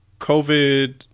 COVID